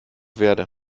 verde